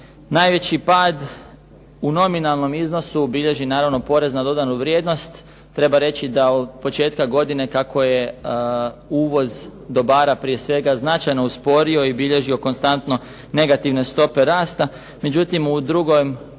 Najveći pad u nominalnom iznosu bilježi naravno porez na dodanu vrijednost. Treba reći da od početka godine kako je uvoz dobara prije svega značajno usporio i bilježio konstantno negativne stope rasta, međutim u drugom tromjesečju